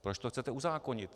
Proč to chcete uzákonit?